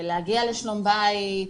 להגיע לשלום בית,